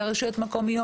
לרשויות מקומיות.